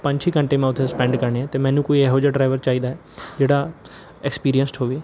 ਅਤੇ ਪੰਜ ਛੇ ਘੰਟੇ ਮੈਂ ਉੱਥੇ ਸਪੈਂਡ ਕਰਨੇ ਆ ਅਤੇ ਮੈਨੂੰ ਕੋਈ ਇਹੋ ਜਿਹਾ ਡਰਾਈਵਰ ਚਾਹੀਦਾ ਹੈ ਜਿਹੜਾ ਐਕਸਪੀਰੀਅੰਸਡ ਹੋਵੇ